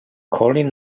coughlin